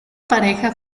pareja